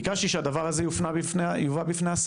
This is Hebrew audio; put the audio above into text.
ביקשתי שהדבר הזה יובא בפני השר,